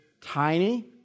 tiny